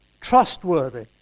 trustworthy